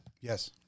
Yes